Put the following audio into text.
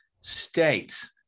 states